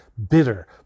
bitter